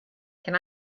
can